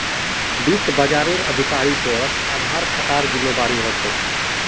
वित्त बाजारक अधिकारिर पर आधार खतरार जिम्मादारी ह छेक